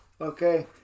Okay